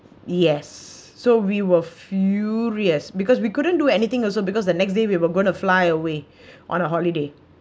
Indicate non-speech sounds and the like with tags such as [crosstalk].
yes so we were furious because we couldn't do anything also because the next day we were going to fly away [breath] on a holiday